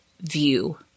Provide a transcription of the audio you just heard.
view